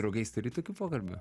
draugais turi tokių pokalbių